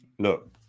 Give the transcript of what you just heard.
Look